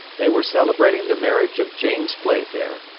they were celebrating the marriage of james playfair,